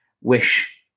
wish